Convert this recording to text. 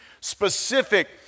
specific